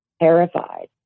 terrified